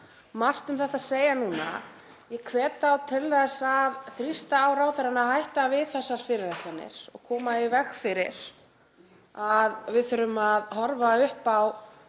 margt um þetta að segja núna. Ég hvet þá til að þrýsta á ráðherrann að hætta við þessar fyrirætlanir og koma í veg fyrir að við þurfum að horfa upp á